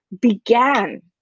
began